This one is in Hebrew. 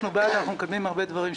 אנחנו בעד, אנחנו מקדמים שם הרבה דברים.